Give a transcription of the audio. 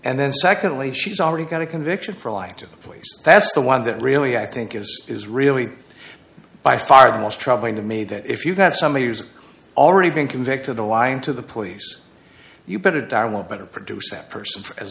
and then secondly she's already got a conviction for life to the police that's the one that really i think is is really by far the most troubling to me that if you've got somebody who's already been convicted of lying to the police you better darwell better produce that person as